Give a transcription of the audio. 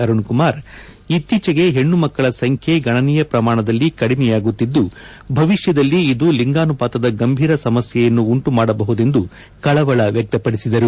ಅರುಣ್ಕುಮಾರ್ ಇಕ್ತೀಚೆಗೆ ಹೆಣ್ಣು ಮಕ್ಕಳ ಸಂಖ್ಯೆ ಗಣನೀಯ ಪ್ರಮಾಣದಲ್ಲಿ ಕಡಿಮೆಯಾಗುತ್ತಿದ್ದು ಭವಿಷ್ಠದಲ್ಲಿ ಇದು ಲಿಂಗಾನುಪಾತದ ಗಂಭೀರ ಸಮಸ್ಯೆಯನ್ನು ಉಂಟು ಮಾಡಬಹುದೆಂದು ಕಳವಳ ವ್ಯಕ್ತಪಡಿಸಿದರು